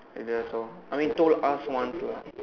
and that's all I mean told us once lah